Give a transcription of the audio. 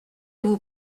vous